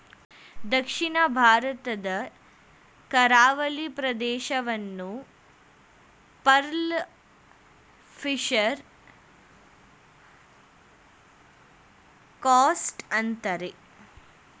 ದಕ್ಷಿಣ ಭಾರತದ ಕರಾವಳಿ ಪ್ರದೇಶವನ್ನು ಪರ್ಲ್ ಫಿಷರಿ ಕೋಸ್ಟ್ ಅಂತರೆ